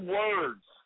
words